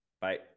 Bye